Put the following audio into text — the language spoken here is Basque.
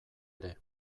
ere